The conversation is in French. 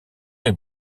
est